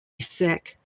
sick